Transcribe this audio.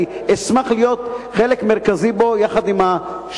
אני אשמח להיות חלק מרכזי בו, יחד עם השדולה.